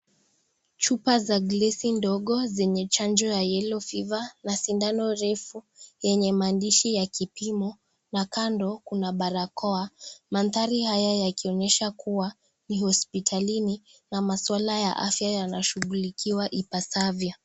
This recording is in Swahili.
Chupa za glasi ndogo zenye chanjo ya yellow fever na sindano refu yenye maandishi ya kipimo na kando kuna barakoa ,maandhari haya yakionyesha kuwa ni hospitalini na maswala ya afya yanashughulikiwa ipasavyo.